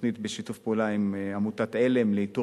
תוכנית בשיתוף עמותת "עלם" לאיתור